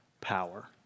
power